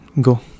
go